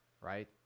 right